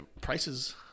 prices